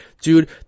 dude